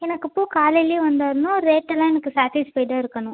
எனக்கு பூ காலையில் வந்துரணும் ரேட்டெல்லாம் எனக்கு சாட்டிஸ்ஃபைடாக இருக்கணும்